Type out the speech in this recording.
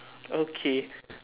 okay